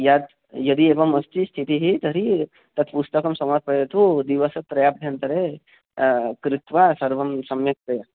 यत् यदि एवम् अस्ति स्थितिः तर्हि तत् पुस्तकं समार्पयतु दिवसत्रयाभ्यन्तरे कृत्वा सर्वं सम्यक्